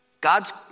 God's